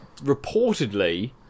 reportedly